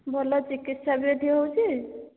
ଭଲ ଚିକିତ୍ସା ବି ଏଠି ହେଉଛି